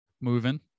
moving